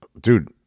dude